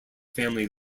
family